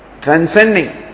transcending